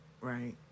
right